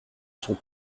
son